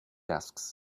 desks